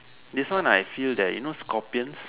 this one I feel that you know scorpions